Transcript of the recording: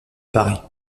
paris